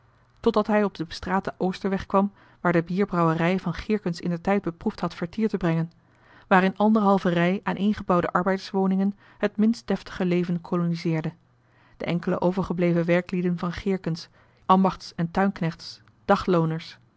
totdat hij op den bestraten oosterweg kwam waar de bierbrouwerij van geerkens indertijd beproefd had vertier te brengen waar in anderhalve rij aaneengebouwde arbeiderswoningen het minst deftige leven koloniseerde de enkele overgebleven werklieden van geerkens ambachts en tuinknechts daglooners